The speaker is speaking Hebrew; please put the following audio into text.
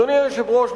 אדוני היושב-ראש,